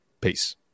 Peace